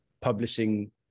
publishing